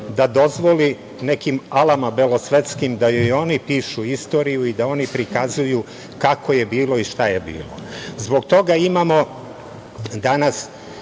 da dozvoli nekim belosvetskim alama da joj oni pišu istoriju i da oni prikazuju kako je bilo i šta je bilo. Zbog toga imamo danas